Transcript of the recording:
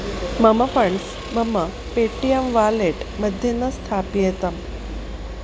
मम फ़ण्ड्स् मम Paytm वालेट्मध्ये न स्थाप्येतम्